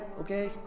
okay